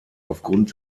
aufgrund